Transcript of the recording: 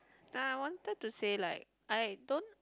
uh I wanted to say like I don't